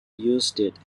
used